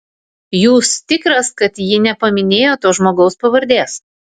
jūs tikras kad ji nepaminėjo to žmogaus pavardės